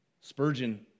Spurgeon